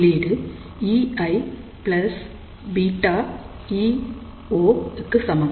உள்ளீடு eiβ e0 க்கு சமம்